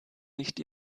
nicht